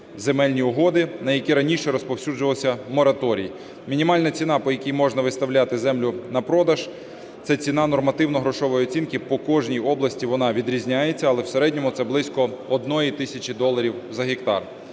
земельні угоди, на які раніше розповсюджувався мораторій. Мінімальна ціна, по якій можна виставляти землю на продаж, - це ціна нормативно-грошової оцінки. По кожній області вона відрізняється, але в середньому це близько одної тисячі доларів за гектар.